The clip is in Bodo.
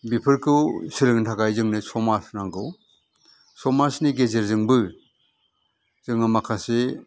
बेफोरखौ सोलोंनो थाखाय जोंनो समाज नांगौ समाजनि गेजेरजोंबो जोङो माखासे